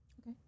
Okay